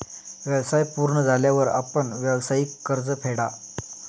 व्यवसाय पूर्ण झाल्यावर आपण व्यावसायिक कर्ज फेडा